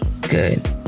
Good